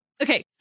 Okay